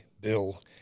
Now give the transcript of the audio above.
Bill